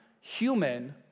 human